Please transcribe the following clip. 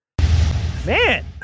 man